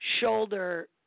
shoulder